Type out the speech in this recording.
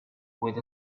with